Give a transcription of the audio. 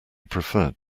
preferred